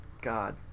God